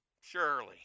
Surely